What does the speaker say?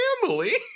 family